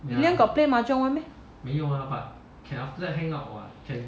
william got play mahjong [one] meh